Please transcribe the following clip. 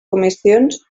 comissions